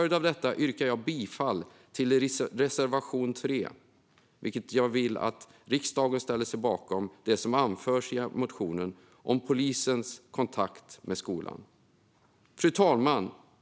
Jag vill alltså att riksdagen ställer sig bakom det som anförs i motionen om polisens kontakt med skolan. Fru talman!